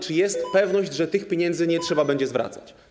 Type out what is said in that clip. Czy jest pewność, że tych pieniędzy nie trzeba będzie zwracać?